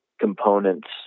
components